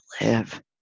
live